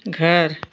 घर